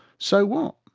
so what?